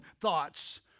thoughts